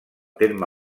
terme